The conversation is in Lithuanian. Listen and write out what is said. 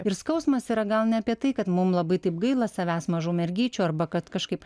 ir skausmas yra gal ne apie tai kad mum labai taip gaila savęs mažų mergyčių arba kad kažkaip